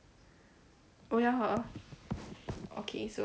oh ya hor okay so